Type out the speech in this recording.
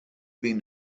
been